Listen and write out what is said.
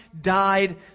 died